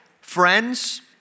Friends